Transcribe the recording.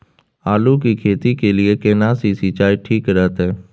आलू की खेती के लिये केना सी सिंचाई ठीक रहतै?